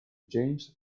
james